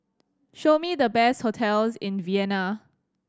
show me the best hotels in Vienna